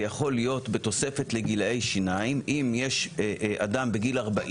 זה יכול להיות בתוספת לגילאי שיניים אם יש אדם בגיל 40